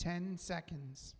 ten seconds